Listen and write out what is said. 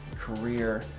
career